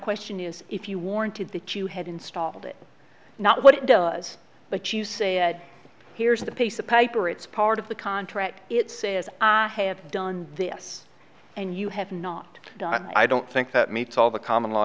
question is if you warranted that you had installed it not what it does but you say here's the piece of paper it's part of the contract it says i have done this and you have not done i don't think that meets all the common law